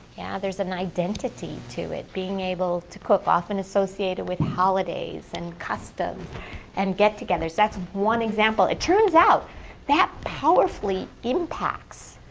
yeah, there's an identity to it. being able to cook is often associated with holidays and customs and get-togethers. that's one example. it turns out that powerfully impacts.